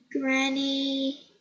Granny